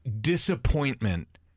disappointment